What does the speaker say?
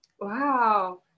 Wow